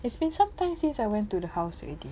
it's been sometimes since I went to the house already